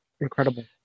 incredible